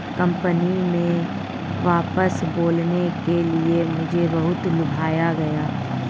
company में वापस बुलाने के लिए मुझे बहुत लुभाया गया